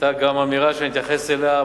היתה גם אמירה שאני אתייחס אליה,